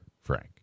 frank